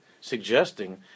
suggesting